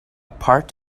part